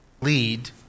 lead